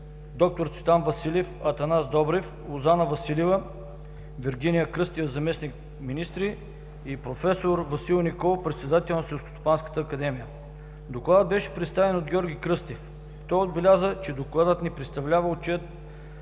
Докладът беше представен от Георги Кръстев. Той отбеляза, че докладът не представлява отчет